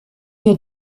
wir